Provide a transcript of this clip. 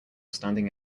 standing